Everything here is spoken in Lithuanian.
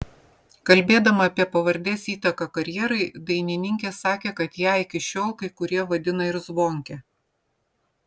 kalbėdama apie pavardės įtaką karjerai dainininkė sakė kad ją iki šiol kai kurie vadina ir zvonke